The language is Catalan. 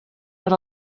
per